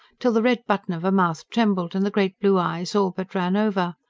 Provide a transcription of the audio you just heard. till the red button of a mouth trembled, and the great blue eyes all but ran over.